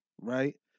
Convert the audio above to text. right